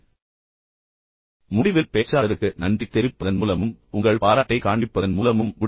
அதன் முடிவில் பேச்சாளருக்கு நன்றி தெரிவிப்பதன் மூலமும் உங்கள் பாராட்டைக் காண்பிப்பதன் மூலமும் முடிக்கவும்